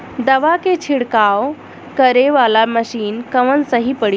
दवा के छिड़काव करे वाला मशीन कवन सही पड़ी?